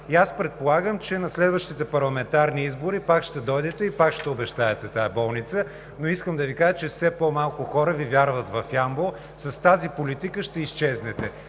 Аз предполагам, че и на следващите парламентарни избори пак ще дойдете и пак ще обещаете тази болница, но искам да Ви кажа, че все по-малко хора Ви вярват в Ямбол, с тази политика ще изчезнете.